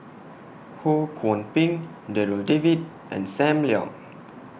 Ho Kwon Ping Darryl David and SAM Leong